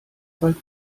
bald